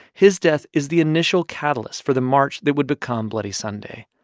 his death is the initial catalyst for the march that would become bloody sunday.